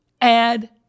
add